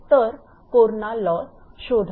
तर corona loss शोधा